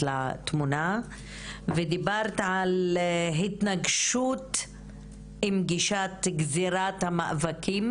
לתמונה ודיברת על התנגשות עם גישת גזרת המאבקים,